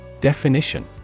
Definition